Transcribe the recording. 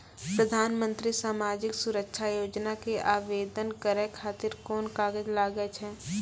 प्रधानमंत्री समाजिक सुरक्षा योजना के आवेदन करै खातिर कोन कागज लागै छै?